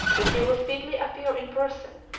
that you will speedily appear in person,